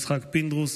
יצחק פינדרוס,